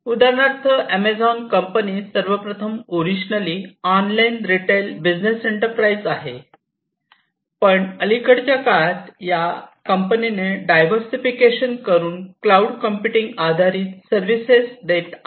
उदाहरणार्थ Amazon company सर्वप्रथम originally online retail business enterprise आहे पण अलीकडच्या काळात या कंपनीने डायव्हर्सिफिकेशन करून क्लाऊड कम्प्युटिंग आधारित सर्विसेस देत आहे